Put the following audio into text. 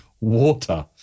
water